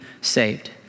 saved